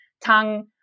tongue